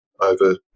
over